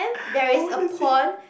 I want to see